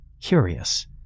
curious